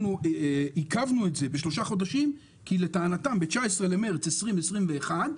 שעיכבנו את זה בשלושה חודשים כי לטענתם ב-19 במרץ 2021,